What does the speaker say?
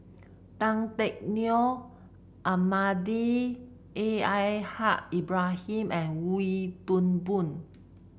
Tan Teck Neo Almahdi A L Haj Ibrahim and Wee Toon Boon